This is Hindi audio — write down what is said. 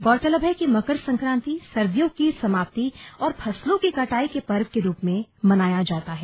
गौरतलब है कि मकर संक्रांति सर्दियों की समाप्ति और फसलो की कटाई के पर्व के रूप में मनाया जाता है